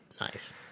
Nice